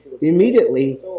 immediately